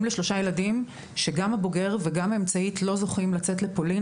אני אם לשלושה ילדים שגם הבוגר וגם האמצעית לא זוכים לצאת לפולין.